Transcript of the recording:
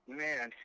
man